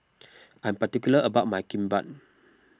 I am particular about my Kimbap